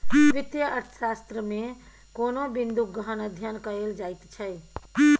वित्तीय अर्थशास्त्रमे कोनो बिंदूक गहन अध्ययन कएल जाइत छै